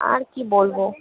আর কী বলবো